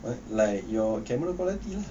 what like your camera quality lah